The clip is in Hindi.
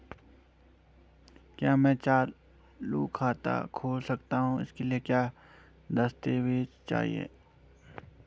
क्या मैं चालू खाता खोल सकता हूँ इसके लिए क्या क्या दस्तावेज़ चाहिए?